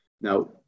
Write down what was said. Now